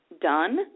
done